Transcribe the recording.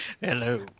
hello